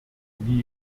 wie